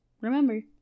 remember